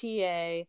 ta